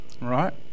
right